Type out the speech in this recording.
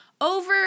over